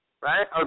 right